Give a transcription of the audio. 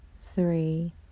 three